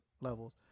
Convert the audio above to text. levels